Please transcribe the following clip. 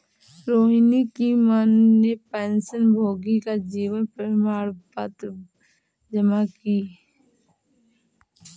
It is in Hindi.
रोहिणी की माँ ने पेंशनभोगी का जीवन प्रमाण पत्र जमा की